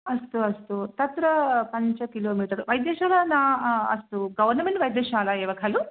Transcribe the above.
अस्तु अस्तु तत्र पञ्च किलो मिटर् वैद्यशाला न अस्तु गवर्नमेण्ट् वैद्यशाला एव खलु